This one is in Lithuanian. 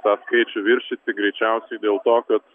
tą skaičių viršyti greičiausiai dėl to kad